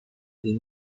del